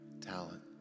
talent